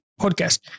Podcast